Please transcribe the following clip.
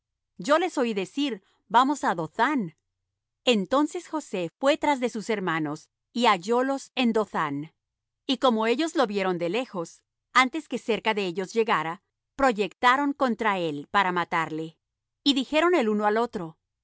yo les oí decir vamos á dothán entonces josé fué tras de sus hermanos y hallólos en dothán y como ellos lo vieron de lejos antes que cerca de ellos llegara proyectaron contra él para matarle y dijeron el uno al otro